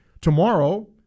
Tomorrow